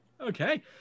Okay